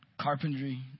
Carpentry